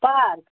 park